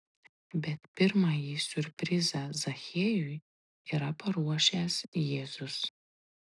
bet pirmąjį siurprizą zachiejui yra paruošęs jėzus